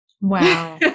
Wow